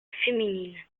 féminine